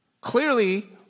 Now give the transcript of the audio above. clearly